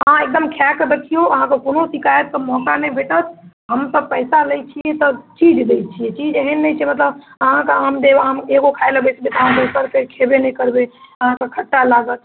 हँ एकदम खाकऽ देखिऔ अहाँके कोनो शिकायतके मौका नहि भेटत हमसब पइसा लै छिए तऽ चीज दै छिए चीज एहन नहि छै मतलब अहाँके आम देब आम एगो खाइलए बैसबै तऽ अहाँ बैसल रहबै अहाँ दोसर खेबे नहि करबै अहाँके खट्टा लागत